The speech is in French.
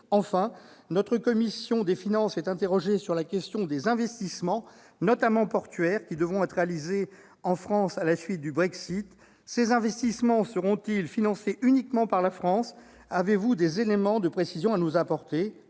? La commission des finances s'est également penchée sur la question des investissements, notamment portuaires, qui devront être réalisés en France à la suite du Brexit. Ces investissements seront-ils financés uniquement par la France ? Pouvez-vous nous apporter des précisions à cet égard ?